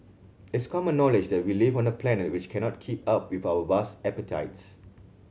it's common knowledge that we live on a planet which cannot keep up with our vast appetites